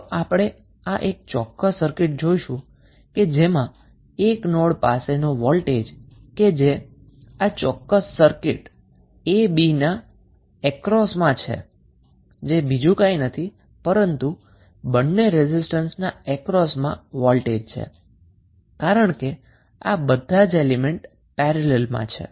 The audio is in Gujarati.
તો આપણે જોઈશું કે આ ચોક્કસ સર્કિટમાં 1 નોડ છે આ ચોક્કસ સર્કિટ a b ના અક્રોસમાં વોલ્ટેજ બીજું કઈ નથી પરંતુ બંને રેઝિસ્ટન્સના અક્રોસમાં વોલ્ટેજ છે કારણ કે આ બધા જ એલીમેન્ટ પેરેલલમાં છે